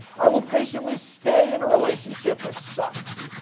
i will patiently stay in a relationship that sucks.